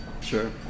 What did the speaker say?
Sure